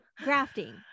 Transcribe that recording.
Grafting